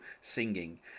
singing